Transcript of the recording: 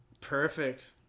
Perfect